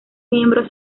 miembros